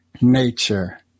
nature